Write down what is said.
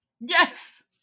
Yes